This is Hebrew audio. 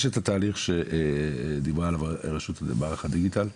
יש את התהליך שדיברנו עם רשות מערך הדיגיטל שהציגה,